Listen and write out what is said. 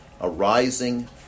arising